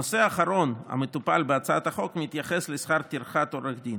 הנושא האחרון המטופל בהצעת החוק מתייחס לשכר טרחת עורך דין.